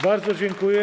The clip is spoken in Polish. Bardzo dziękuję.